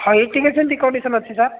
ହଇ ଏଇ ତିନି କଣ୍ଡିସନ୍ ଅଛି ସାର୍